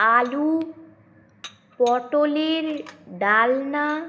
আলু পটলের ডালনা